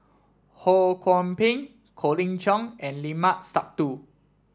Ho Kwon Ping Colin Cheong and Limat Sabtu